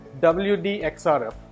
WDXRF